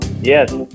Yes